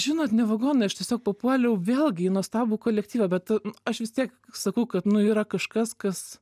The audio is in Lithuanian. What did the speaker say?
žinot ne vagonai aš tiesiog papuoliau vėlgi į nuostabų kolektyvą bet aš vis tiek sakau kad nu yra kažkas kas